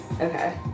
Okay